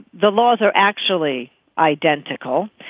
the laws are actually identical.